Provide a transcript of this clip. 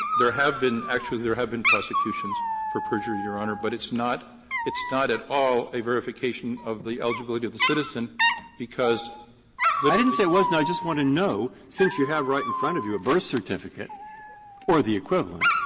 there have been actually, there have been prosecutions for perjury, your honor. but it's not it's not at all a verification of the eligibility of the citizen because breyer i didn't say it wasn't. i just want to know, since you have right in front of you a birth certificate or the equivalent,